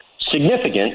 Significant